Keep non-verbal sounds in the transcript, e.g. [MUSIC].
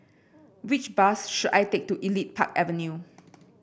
which bus should I take to Elite Park Avenue [NOISE]